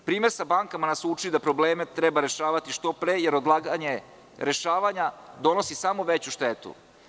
Primer sa bankama nas uči da probleme treba rešavati što pre, jer odlaganje rešavanja donosi samo veću štetu.